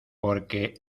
porque